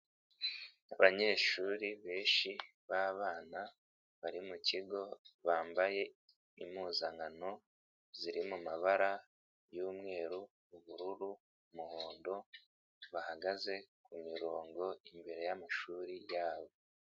Abanyeshuri benshi b'abana bari mu kigo bambaye impuzankano ziri mu mabara y'umweru, ubururu, umuhondo, bahagaze ku mirongo imbere y'amashuri yabo.